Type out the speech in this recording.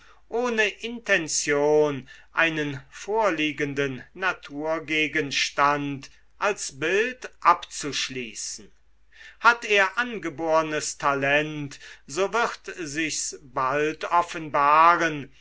ohne intention einen vorliegenden naturgegenstand als bild abzuschließen hat er angebornes talent so wird sich's bald offenbaren